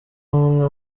umwe